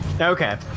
Okay